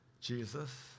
Jesus